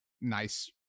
nice